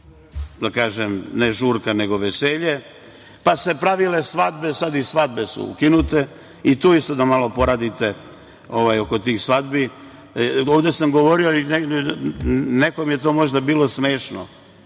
se pravila ne žurka, nego veselje, pa se pravile svadbe, sad i svadbe su ukinute i tu isto da poradite oko tih svadbi. Ovde sam govorio i nekome je to možda bilo smešno,